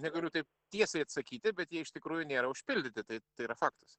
negaliu taip tiesiai atsakyti bet jie iš tikrųjų nėra užpildyti tai yra faktas